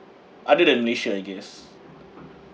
other than Malaysia I guess